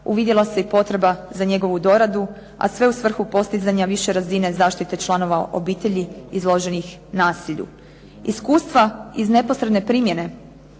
uvidjela se i potreba za njegovu doradu, a sve u svrhu postizanja više razine zaštite članova obitelji izloženih nasilju. Iskustva iz neposredne primjene